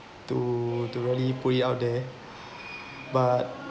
to to really put it out there but